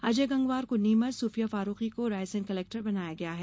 अजय गंगवार को नीमच ै सुफिया फारूकी को रायसेन कलेक्टर बनाया गया है